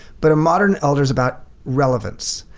but a modern elder is about relevance.